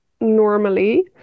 normally